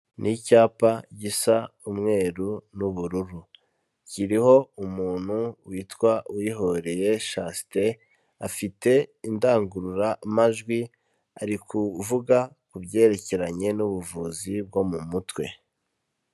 Ni icyapa gisa umweru n'ubururu, kiriho umuntu witwa Uwihoreye Chaste, afite indangururamajwi, ari kuvuga ku byerekeranye n'ubuvuzi bwo mu mutwe.